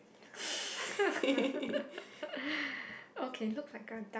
okay looks like a duck